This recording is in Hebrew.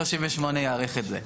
העמדה המקצועית --- יאריך את זה.